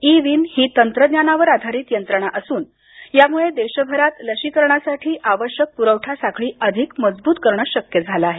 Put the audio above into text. E VIN ही तंत्रज्ञानावर आधारित यंत्रणा असून यामुळे देशभरात लशीकरणासाठी आवश्यक पुरवठा साखळी अधिक मजबूत करण शक्य झालं आहे